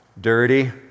dirty